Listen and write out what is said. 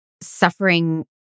suffering